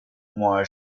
moi